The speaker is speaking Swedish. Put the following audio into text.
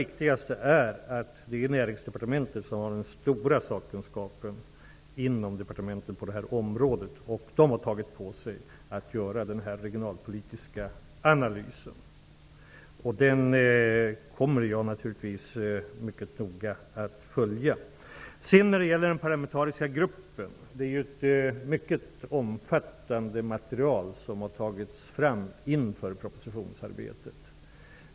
Det är Näringsdepartementet som har den stora sakkunskapen på det här området, och man har tagit på sig att göra den regionalpolitiska analysen. Det arbetet kommer jag naturligtvis mycket noga att följa. När det gäller den parlamentariska gruppen, har det tagits fram ett mycket omfattande material inför propositionsarbetet.